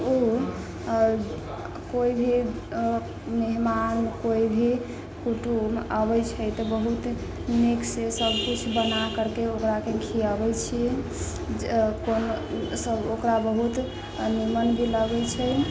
ओ कोइ भी मेहमान कोइ भी कुटुम्ब अबै छै तऽ बहुत नीकसँ सबकिछु बना करिके ओकराके खिएबै छिए ओकरा बहुत नीमन भी लागै छै